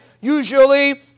Usually